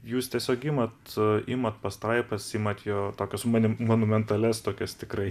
jūs tiesiog imat imat pastraipas imat jo tokias monu monumentalias tokias tikrai